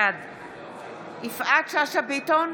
בעד יפעת שאשא ביטון,